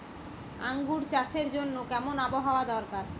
আঙ্গুর চাষের জন্য কেমন আবহাওয়া দরকার?